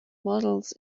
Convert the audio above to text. models